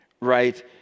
right